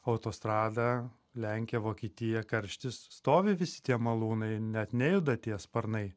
autostrada lenkija vokietija karštis stovi visi tie malūnai net nejuda tie sparnai